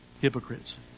hypocrites